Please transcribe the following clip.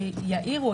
שיעירו,